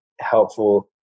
helpful